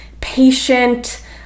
patient